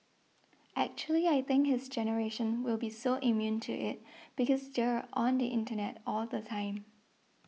actually I think his generation will be so immune to it because they're on the internet all the time